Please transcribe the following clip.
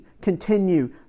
continue